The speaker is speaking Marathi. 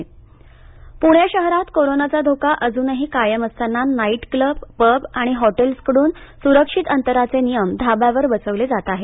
पणे कोरोना आवाहन पूणे शहरात कोरोनाचा धोका अजूनही कायम असताना नाइट क्लब पब आणि हॉटेल्सकडून स्रक्षित अंतराचे नियम धाब्यावर बसवले जात आहेत